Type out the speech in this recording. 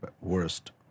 worst